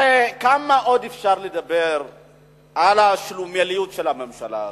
הרי כמה עוד אפשר לדבר על השלומיאליות של הממשלה הזאת?